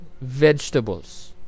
vegetables